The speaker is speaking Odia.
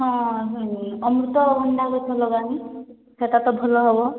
ହଁ ଅମୃତଭଣ୍ଡା ଗଛ ଲଗା ନି ସେଟାତ ଭଲ ହେବ